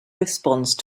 response